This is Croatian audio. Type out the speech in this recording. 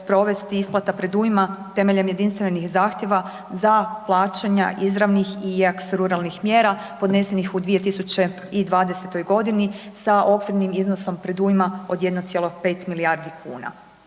provesti isplata predujma temeljem jedinstvenih zahtjeva za plaćanja izravnih i .../Govornik se ne razumije./... ruralnih mjera podnesenih u 2020. g. sa okvirnim iznosom predujma od 1,5 milijardi kuna.